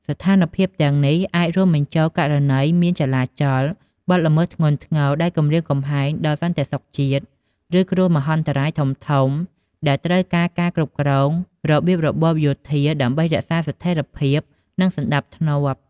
ស្ថានភាពទាំងនេះអាចរួមបញ្ចូលករណីមានចលាចល បទល្មើសធ្ងន់ធ្ងរដែលគំរាមកំហែងដល់សន្តិសុខជាតិ ឬគ្រោះមហន្តរាយធំៗដែលត្រូវការការគ្រប់គ្រងរបៀបរបបយោធាដើម្បីរក្សាស្ថេរភាពនិងសណ្តាប់ធ្នាប់។